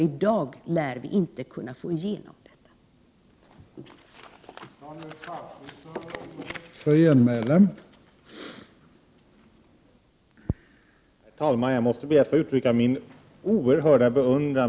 I dag lär vi inte kunna få igenom våra förslag.